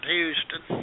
Houston